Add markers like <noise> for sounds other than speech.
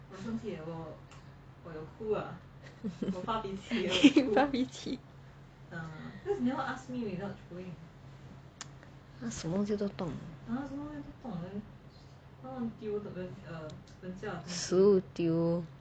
<laughs> 发脾气 <noise> 他什么东西都动的食物丢